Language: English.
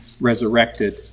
resurrected